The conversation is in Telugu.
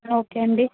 ఓకే అండి